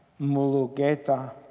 Mulugeta